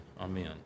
amen